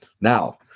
Now